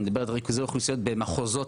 אני מדבר על ריכוזי אוכלוסיות במחוזות,